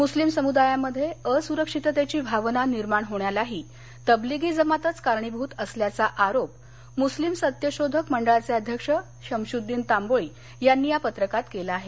मुस्लिम समुदायामध्ये असुरक्षिततेची भावना निर्माण होण्यालाही तबलिगी जमातच कारणीभूत असल्याचा आरोप मुस्लिम सत्यशोधक मंडळाचे अध्यक्ष शमसुद्दीन तांबोळी यांनी या पत्रकात केला आहे